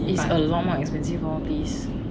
is a lot more expensive lor please